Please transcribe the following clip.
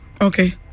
Okay